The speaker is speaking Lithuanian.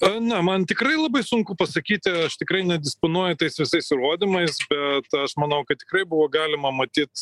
a na man tikrai labai sunku pasakyti aš tikrai nedisponuoju tais visais įrodymais bet aš manau kad tikrai buvo galima matyt